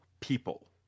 People